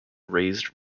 raised